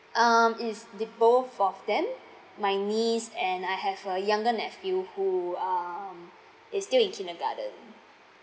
um is the both of them my niece and I have a younger nephew who um is still in kindergarten